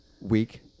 week